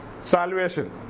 salvation